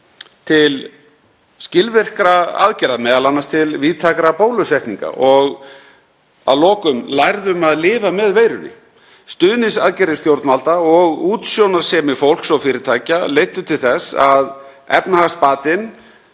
til skilvirkra aðgerða, m.a. til víðtækra bólusetninga og að lokum lærðum að lifa með veirunni. Stuðningsaðgerðir stjórnvalda og útsjónarsemi fólks og fyrirtækja leiddu til þess að efnahagsbatinn